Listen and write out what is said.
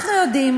אנחנו יודעים,